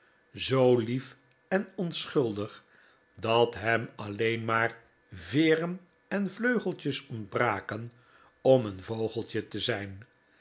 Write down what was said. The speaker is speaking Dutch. zoo lief en onschuldig dat hem alleen maar veeren en vleugels ontbraken om een voseltje te zijn